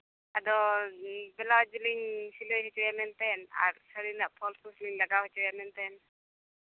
ᱟᱫᱚ ᱵᱞᱟᱩᱡᱽ ᱞᱤᱧ ᱥᱤᱞᱟᱹᱭ ᱦᱚᱪᱚᱭᱟ ᱢᱮᱱᱛᱮ ᱟᱨ ᱥᱟᱹᱲᱤ ᱨᱮᱱᱟᱜ ᱯᱷᱚᱞᱥ ᱠᱚ ᱞᱟᱜᱟᱣ ᱦᱚᱪᱚᱭᱟ ᱢᱮᱱᱛᱮ